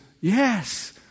yes